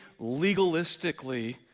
legalistically